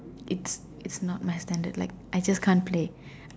its its not my standard I just can't play